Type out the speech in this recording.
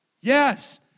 Yes